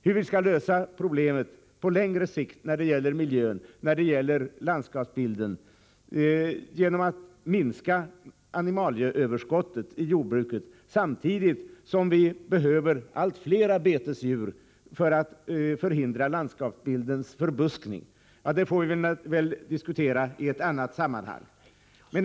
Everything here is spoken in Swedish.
Hur vi skall lösa problemet på längre sikt när det gäller miljön och landskapsbilden, genom att minska animalieöverskottet i jordbruket, samtidigt som vi behöver allt fler betesdjur för att förhindra landskapsbildens förbuskning, det får vi väl diskutera i annat sammanhang.